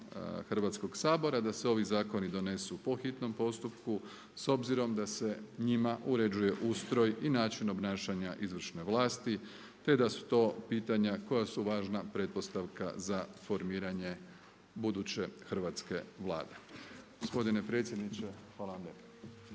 Hrvatskog sabora da se ovi zakoni donesu po hitnom postupku s obzirom da se njima uređuje ustroj i način obnašanja izvršne vlasti, te da su to pitanja koja su važna pretpostavka za formiranje buduće hrvatske Vlade. Gospodine predsjedniče, hvala vam lijepa.